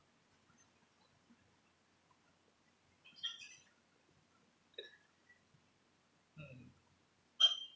mm